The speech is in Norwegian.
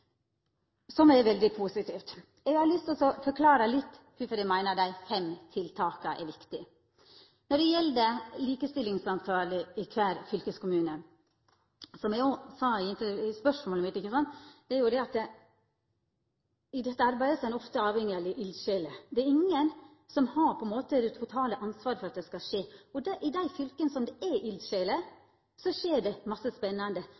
som er veldig positivt. Eg har lyst til å forklara kvifor eg meiner at dei fem tiltaka er viktige. Det gjeld dei likestillingsansvarlege i kvar fylkeskommune, som eg nemnde i interpellasjonen min. I dette arbeidet er ein ofte avhengig av eldsjeler. Det er ingen som har det totale ansvaret for at dette skal skje. I dei fylka der det er eldsjeler, skjer det mykje spennande.